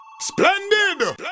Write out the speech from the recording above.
Splendid